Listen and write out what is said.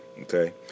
okay